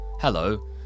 Hello